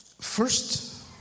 first